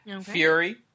fury